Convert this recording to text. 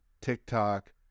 TikTok